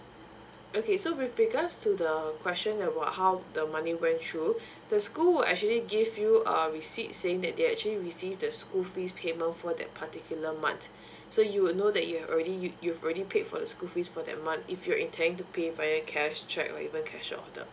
okay so with regards to the question about how the money went through the school will actually give you a receipt saying that they actually received the school fees payment for that particular month so you would know that you've already you you've already paid for the school fees for that month if you're intending to pay via cash cheque or even cashier order